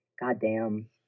goddamn